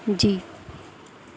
جی